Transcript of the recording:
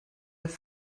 his